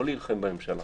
לא להילחם בממשלה,